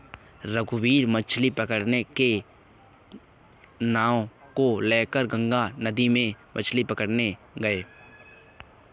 रघुवीर मछ्ली पकड़ने की नाव को लेकर गंगा नदी में मछ्ली पकड़ने गया